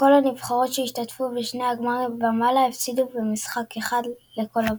כל הנבחרות שהשתתפו בשני גמרים ומעלה הפסידו במשחק אחד לכל הפחות.